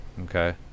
Okay